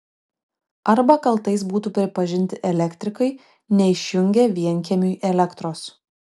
arba kaltais būtų pripažinti elektrikai neišjungę vienkiemiui elektros